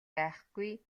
байхгүй